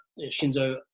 Shinzo